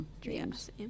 dreams